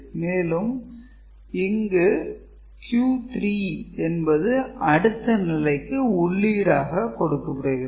மேலும் இந்த q3 என்பது அடுத்த நிலைக்கு உள்ளீடாக கொடுக்கப்படுகிறது